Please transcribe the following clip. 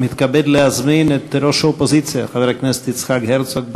ומתכבד להזמין את ראש האופוזיציה חבר הכנסת יצחק הרצוג.